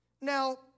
Now